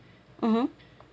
mmhmm